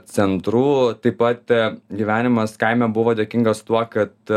centrų taip pat gyvenimas kaime buvo dėkingas tuo kad